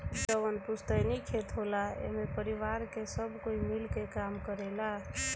जवन पुस्तैनी खेत होला एमे परिवार के सब कोई मिल के काम करेला